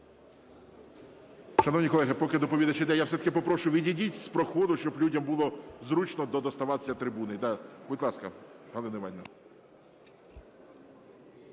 Дякую